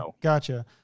gotcha